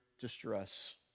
distress